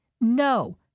no